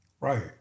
Right